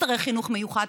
נצטרך חינוך מיוחד,